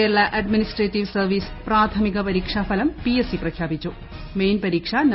Kerala administrative service പ്രാഥമിക പരീക്ഷാഫലം PSC പ്രഖ്യാപിച്ചു മെയിൻ പരീക്ഷ നവംബറിൽ